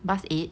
bus eight